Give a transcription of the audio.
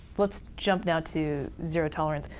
let's jump now to zero tolerance,